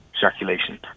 circulation